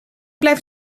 blijft